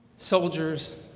soldiers,